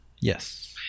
Yes